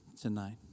tonight